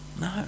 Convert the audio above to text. No